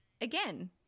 again